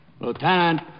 Lieutenant